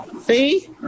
See